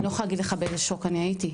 אני לא יכולה להגיד לך באיזה שוק אני הייתי.